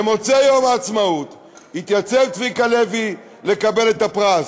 במוצאי יום העצמאות יתייצב צביקה לוי לקבל את הפרס.